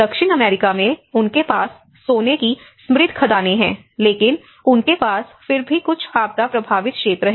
दक्षिण अमेरिका में उनके पास सोने की समृद्ध खदानें हैं लेकिन उनके पास फिर भी कुछ आपदा प्रभावित क्षेत्र हैं